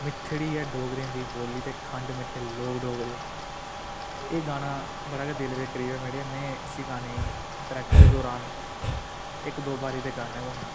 मिट्ठड़ी ऐ डोगरें दी बोल्ली ते खंड मिट्ठे लोक डोगरे एह् गाना बड़ा गै दिलै दे करीब ऐ मेरे में इसी गाने ई प्रैक्टिस दे दरान इक दो बारी ते गान्ना गै होन्नां